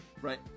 Right